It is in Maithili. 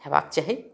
होयबाक चाही